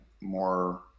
more